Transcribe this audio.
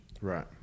Right